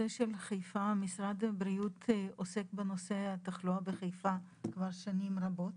משרד הבריאות עוסק בנושא התחלואה בחיפה כבר שנים רבות.